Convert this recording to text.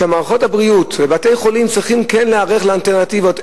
מערכות הבריאות ובתי-החולים צריכים כן להיערך לאלטרנטיבות.